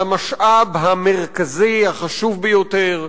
על המשאב המרכזי, החשוב ביותר,